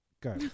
Go